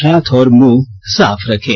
हाथ और मुंह साफ रखें